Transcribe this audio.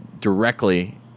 directly